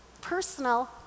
personal